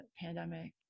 pandemic